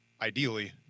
ideally